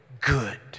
good